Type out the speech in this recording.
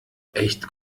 echt